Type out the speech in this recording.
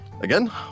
Again